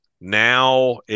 Now